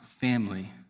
family